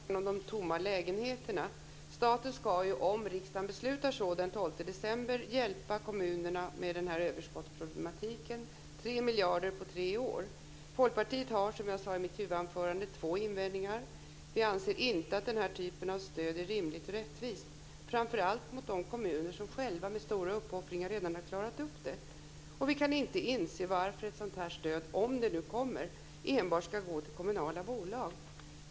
Fru talman! Jag vill också beröra frågan om de tomma lägenheterna. Staten ska ju, om riksdagen beslutar så den 12 december, hjälpa kommunerna med denna överskottsproblematik - 3 miljarder på tre år. Folkpartiet har, som jag sade i mitt huvudanförande, två invändningar. Vi anser inte att den här typen av stöd är rimligt och rättvist, framför allt inte mot de kommuner som själva med stora uppoffringar redan har klarat av detta. Och vi kan inte inse varför ett sådant stöd, om det nu kommer, enbart ska gå till kommunala bolag.